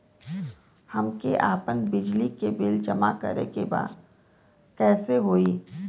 हमके आपन बिजली के बिल जमा करे के बा कैसे होई?